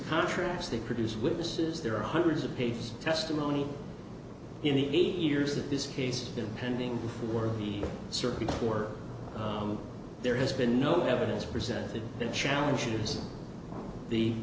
contracts they produce witnesses there are hundreds of pages testimony in the eight years that this case pending before the surge before there has been no evidence presented that challenges the